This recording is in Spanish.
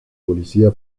policía